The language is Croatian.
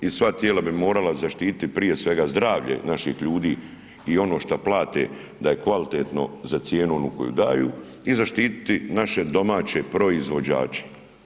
I sva tijela bi morala zaštiti prije svega zdravlje naših ljudi i ono što plate da je kvalitetno za cijenu onu koju daju i zaštititi naše domaće proizvođače.